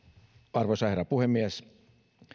arvoisa herra puhemies